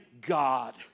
God